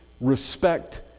respect